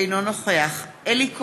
אינו נוכח אלי כהן,